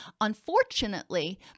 unfortunately